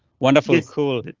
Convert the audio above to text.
wonderful cool.